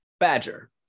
Badger